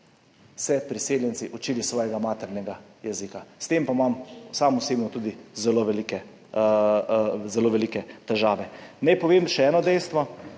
priseljenci učili svojega maternega jezika, s tem pa imam sam osebno tudi zelo velike težave. Naj povem še eno dejstvo,